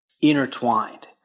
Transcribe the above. intertwined